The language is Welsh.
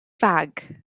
fag